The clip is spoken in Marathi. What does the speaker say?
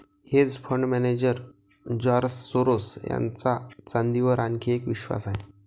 hedge fund manager George Soros यांचा चांदीवर आणखी एक विश्वास आहे